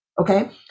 Okay